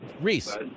Reese